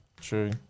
true